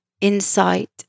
insight